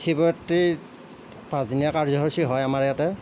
শিৱৰাত্ৰিৰ পাঁচদিনীয়া কাৰ্যসূচী হয় আমাৰ ইয়াতে